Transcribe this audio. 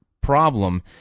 problem